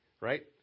right